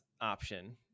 option